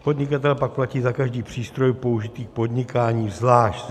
Podnikatelé pak platí za každý přístroj použitý k podnikání zvlášť.